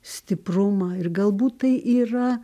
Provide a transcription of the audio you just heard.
stiprumą ir galbūt tai yra